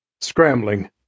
Scrambling